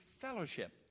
fellowship